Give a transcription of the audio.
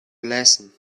lesson